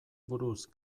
buruz